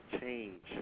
change